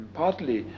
partly